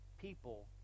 people